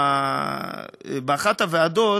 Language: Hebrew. באחת הוועדות,